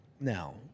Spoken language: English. now